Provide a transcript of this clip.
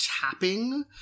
tapping